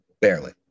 Barely